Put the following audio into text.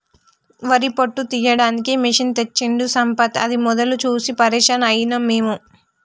వరి పొట్టు తీయడానికి మెషిన్ తెచ్చిండు సంపత్ అది మొదలు చూసి పరేషాన్ అయినం మేము